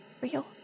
real